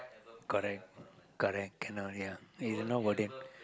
correct correct cannot ya it's not worth it